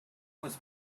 was